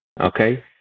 Okay